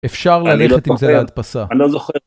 אפשר, אני לא זוכר, ללכת עם זה להדפסה, אני לא זוכר..